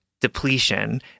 depletion